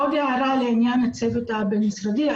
עוד הערה לעניין הצוות הבין-משרדי,